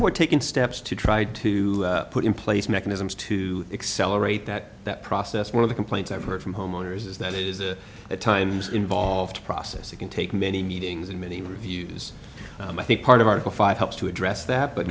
for taking steps to try to put in place mechanisms to accelerate that that process one of the complaints i've heard from homeowners is that it is the times involved process it can take many meetings and many reviews i think part of article five helps to address that but